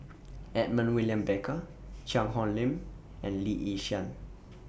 Edmund William Barker Cheang Hong Lim and Lee Yi Shyan